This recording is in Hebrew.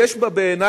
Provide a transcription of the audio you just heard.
יש בה בעיני,